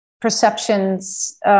perceptions